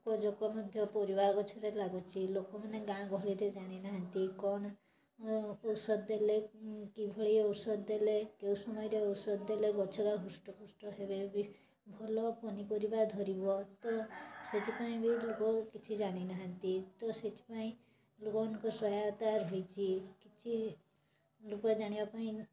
ପୋକ ଜୋକ ମଧ୍ୟ ପରିବା ଗଛରେ ଲାଗୁଛି ଲୋକମାନେ ଗାଁ' ଗହଳିରେ ଜାଣିନାହାନ୍ତି କ'ଣ ଔଷଧ ଦେଲେ କିଭଳି ଔଷଧ ଦେଲେ କୋଉ ସମୟରେ ଔଷଧ ଦେଲେ ଗଛ ଯା ହୃଷ୍ଟପୁଷ୍ଟ ହେବେ ଭଲ ପନିପରିବା ଧରିବ ତ ସେଥିପାଇଁ ବି ଲୋକ କିଛି ଜାଣିନାହାନ୍ତି ତ ସେଥିପାଇଁ ଲୋକକମାନଙ୍କୁ ସହାୟତା ହୋଇଛି ଲୋକ ଜାଣିବାପାଇଁ